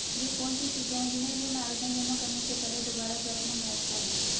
वे कौन सी चीजें हैं जिन्हें ऋण आवेदन जमा करने से पहले दोबारा जांचना महत्वपूर्ण है?